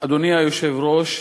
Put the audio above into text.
אדוני היושב-ראש,